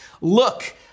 Look